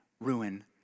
ruin